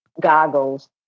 goggles